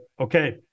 Okay